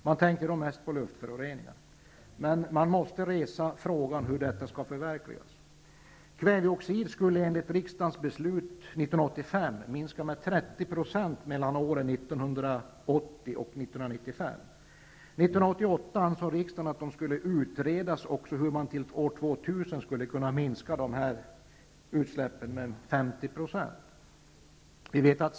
Man tänkte då mest på luftföroreningar. Man måste emellertid resa frågan hur detta skall förverkligas. minska med 30 % mellan åren 1980 och 1995. År 1988 ansåg riksdagen att det skulle utredas hur man till år 2000 skulle kunna minska dessa utsläpp med 50 %.